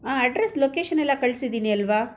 ಆಂ address location ಎಲ್ಲ ಕಳ್ಸಿದ್ದೀನಿ ಅಲ್ಲವಾ